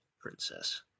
Princess